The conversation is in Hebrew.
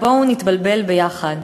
בואו נתבלבל ביחד.